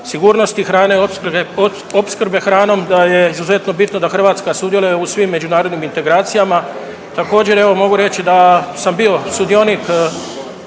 sigurnosti hrane, opskrbe hranom da je izuzetno bitno da Hrvatska sudjeluje u svim međunarodnim integracijama. Također evo mogu reći da sam bio sudionik euroazijske